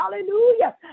Hallelujah